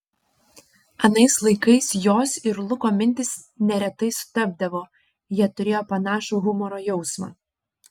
anais laikais jos ir luko mintys neretai sutapdavo jie turėjo panašų humoro jausmą